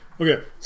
Okay